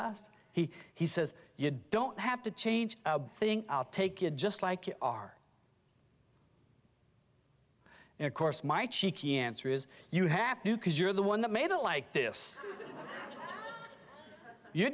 just he he says you don't have to change a thing i'll take it just like you are and of course my cheeky answer is you have to because you're the one that made it like this you're